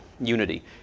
unity